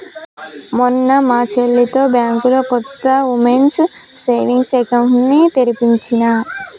మొన్న మా చెల్లితో బ్యాంకులో కొత్త వుమెన్స్ సేవింగ్స్ అకౌంట్ ని తెరిపించినా